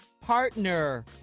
partner